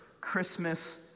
Christmas